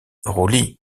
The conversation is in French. roulis